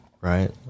right